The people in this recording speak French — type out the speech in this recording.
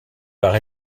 par